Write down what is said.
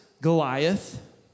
Goliath